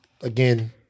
Again